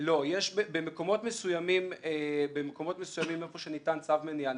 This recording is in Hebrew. במקומות מסוימים איפה שניתן צו מניעה,